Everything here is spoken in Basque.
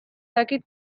dakit